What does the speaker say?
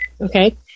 Okay